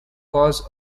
causes